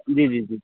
जी जी जी